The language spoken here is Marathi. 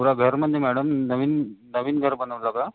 पुरा घर म्हणजे मॅडम नवीन नवीन घर बनवलं का